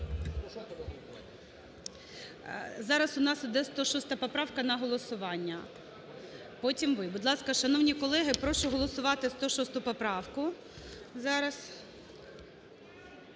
Зараз у нас йде 106 поправка на голосування, потім – ви. Будь ласка, шановні колеги, прошу голосувати 106 поправку зараз,